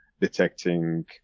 detecting